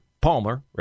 Palmer